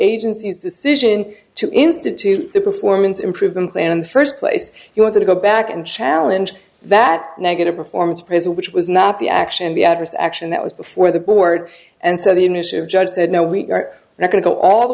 agency's decision to institute the performance improvement plan in the first place you want to go back and challenge that negative performance appraisal which was not the action the adverse action that was before the board and so the initial judge said no we are not going to go all the